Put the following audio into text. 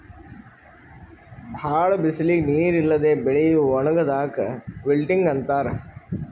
ಭಾಳ್ ಬಿಸಲಿಗ್ ನೀರ್ ಇಲ್ಲದೆ ಬೆಳಿ ಒಣಗದಾಕ್ ವಿಲ್ಟಿಂಗ್ ಅಂತಾರ್